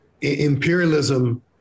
imperialism